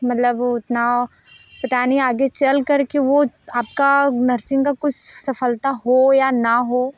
मतलब उतना पता नहीं आगे चल कर के वो आपका नर्सिंग की कुछ सफलता हो या ना हो